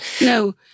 No